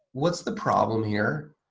what's the problem here?